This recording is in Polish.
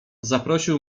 zaprosił